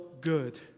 good